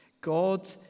God